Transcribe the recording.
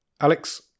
Alex